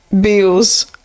bills